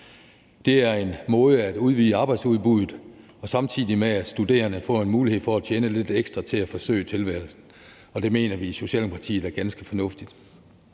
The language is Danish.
Det er en måde at udvide arbejdsudbuddet på, samtidig med at studerende får en mulighed for at tjene lidt ekstra til at forsøde tilværelsen, og det mener vi i Socialdemokratiet er ganske fornuftigt.